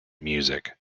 music